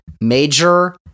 major